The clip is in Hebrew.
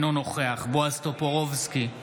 אינו נוכח בועז טופורובסקי,